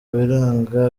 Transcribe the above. biranga